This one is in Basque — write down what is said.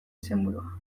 izenburua